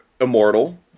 immortal